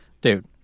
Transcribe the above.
Dude